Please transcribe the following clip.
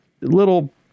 little